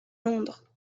londres